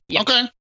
Okay